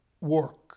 work